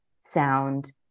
sound